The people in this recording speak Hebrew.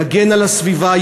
יגן על הסביבה,